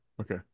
Okay